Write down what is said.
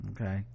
Okay